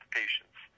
patients